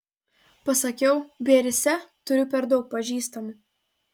pasakiau biarice turiu per daug pažįstamų